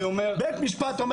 בית המשפט,